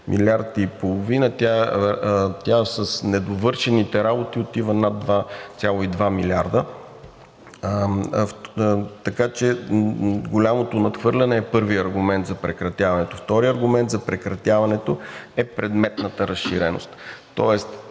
милиард и половина, тя с недовършените работи отива над 2,2 милиарда, така че голямото надхвърляне е първият аргумент за прекратяването. Вторият аргумент за прекратяването е предметната разширеност, тоест,